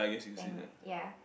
thing right ya